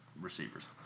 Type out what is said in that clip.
receivers